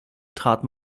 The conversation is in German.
trat